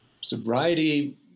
Sobriety